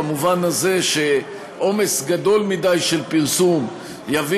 במובן הזה שעומס גדול מדי של פרסום יביא